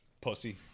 Pussy